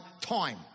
time